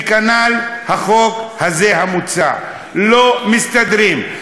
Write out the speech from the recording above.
וכנ"ל החוק הזה, המוצע, לא מסתדרים.